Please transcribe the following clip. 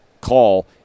call